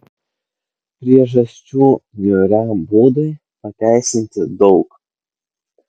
priežasčių niūriam būdui pateisinti daug